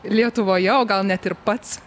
lietuvoje o gal net ir pats